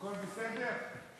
הכול בסדר?